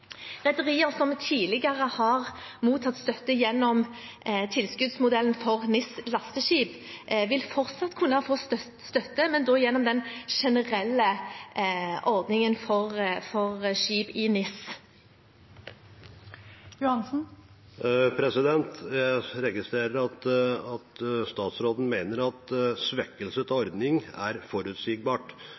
Rederier som tidligere har mottatt støtte gjennom tilskuddsmodellen for NIS-lasteskip, vil fortsatt kunne få støtte, men da gjennom den generelle ordningen for skip i NIS. Jeg registrerer at statsråden mener at svekkelse av ordningen er forutsigbart.